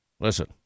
Listen